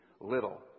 little